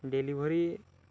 delivery